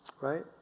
right